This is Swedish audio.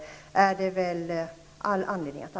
Trots detta har Sverige ännu inte erkänt Slovenien.